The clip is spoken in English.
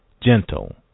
gentle